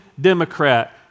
Democrat